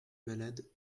malade